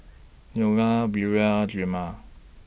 Neola Buel Drema